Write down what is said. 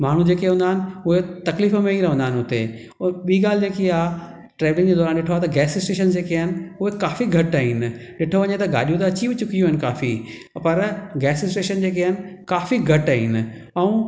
माण्हू जेके हूंदा आहिनि उहे तकलीफ़ में ई रहंदा आहिनि हुते ॿी ॻाल्हि जेकी आहे ट्रैवलिंग जे दौरानि ॾिठो आहे त गैस स्टेशन जेके आहिनि उहे काफ़ी घटि आहिनि ॾिठो वञे त गाॾियूं अची चूकीयूं आहिनि काफ़ी पर गैस स्टेशन जेके आहिनि काफ़ी घटि आहिनि ऐं